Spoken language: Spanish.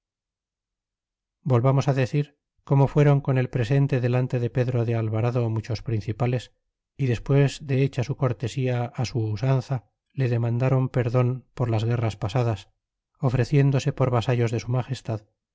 volvamos decir como fuéron con el presente delante de pedro de alvarado muchos principales y despues de hechá su cortesía su usanza le demandron perdon por las guerras pasadas ofreciéndose por vasallos de su magestad